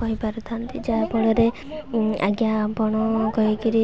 କହିପାରିଥାନ୍ତି ଯାହାଫଳରେ ଆଜ୍ଞା ଆପଣ କହିକିରି